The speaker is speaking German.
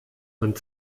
man